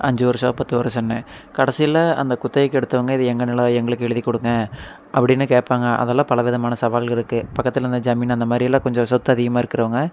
அஞ்சு வருஷம் பத்து வருஷம்னு கடைசில அந்தக் குத்தகைக்கு எடுத்தவங்க இது எங்கள் நிலம் எங்களுக்கு எழுதிக் குடுங்க அப்படினு கேட்பாங்க அதெல்லாம் பலவிதமான சவால் இருக்கு பக்கத்தில் இந்த ஜமீன் அந்த மாரியெல்லாம் கொஞ்சம் சொத்து அதிகமாக இருக்குறவங்க